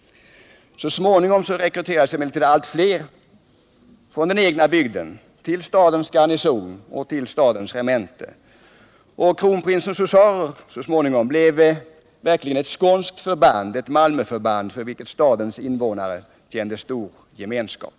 Så småningom rekryterades emellertid allt fler från den egna bygden till stadens garnison och regementen, och kronprinsens husarer blev verkligen ett skånskt förband, ett Malmöförband, med vilket stadens invånare kände stor gemenskap.